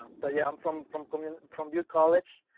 but yeah, i'm from from coming from your college.